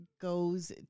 goes